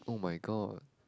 oh-my-god